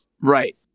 Right